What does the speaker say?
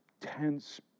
Tense